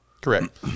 correct